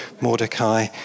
Mordecai